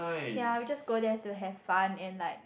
ya we just go there to have fun and like